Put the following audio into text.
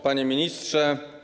Panie Ministrze!